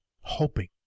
hoping